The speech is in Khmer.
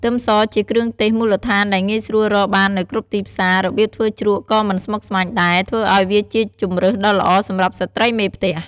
ខ្ទឹមសជាគ្រឿងទេសមូលដ្ឋានដែលងាយស្រួលរកបាននៅគ្រប់ទីផ្សារ របៀបធ្វើជ្រក់ក៏មិនស្មុគស្មាញដែរ ធ្វើឱ្យវាជាជម្រើសដ៏ល្អសម្រាប់ស្ត្រីមេផ្ទះ។